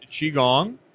Qigong